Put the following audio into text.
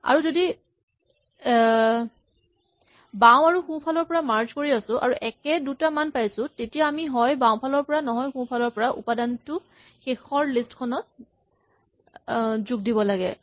আমি যদি বাওঁ আৰু সোঁ ফালৰ পৰা মাৰ্জ কৰি আছো আৰু একে দুটা মান পাইছো তেতিয়া আমি হয় বাওঁফালৰ পৰা নহয় সোঁফালৰ পৰা উপাদানটো শেষৰ লিষ্ট খনত দিব লাগে